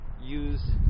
use